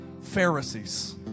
Pharisees